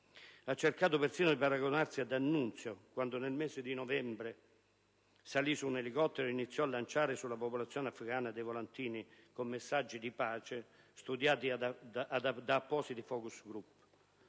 Ha cercato persino di paragonarsi a D'Annunzio, quando, nel mese di novembre, salì su un elicottero e iniziò a lanciare sulla popolazione afgana dei volantini con messaggi di pace studiati da appositi *focus group*.